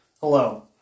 Hello